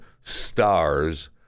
stars